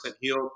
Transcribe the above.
healed